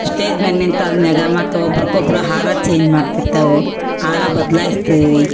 stage ಮ್ಯಾಲ ನಿಂತು ಆದ ಮ್ಯಾಲ ಮತ್ತು ಒಬ್ರಿಕ್ ಒಬ್ಬರು ಹಾರ ಚೇಂಜ್ ಮಾಡ್ತಿರ್ತಾರೆ ಹಾರ ಬದಲಾಯ್ಸ್ತೀವಿ